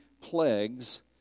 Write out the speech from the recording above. plagues